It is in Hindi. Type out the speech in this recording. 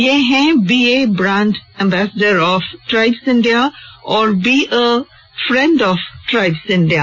ये हैं be a brand ambassador of Tribes India और be a friend of Tribes India